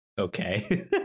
Okay